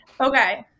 Okay